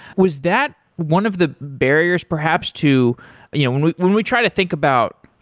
was that one of the barriers perhaps to you know when we when we try to think about,